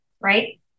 right